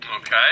Okay